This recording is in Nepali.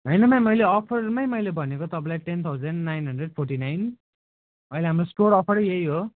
होइन म्याम मैले अफरमै मैले भनेको तपाईँलाई ten thousand nine hundred forty nine अहिले हाम्रो स्टोर अफरै यही हो